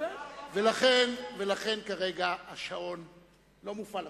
ולכן כרגע השעון לא מופעל,